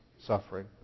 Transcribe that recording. suffering